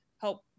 help